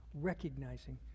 recognizing